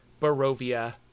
Barovia